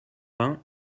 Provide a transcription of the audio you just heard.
vingt